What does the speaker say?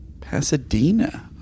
Pasadena